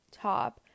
top